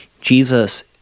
Jesus